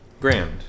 Grand